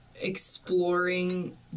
exploring